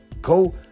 Go